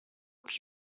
uko